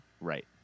right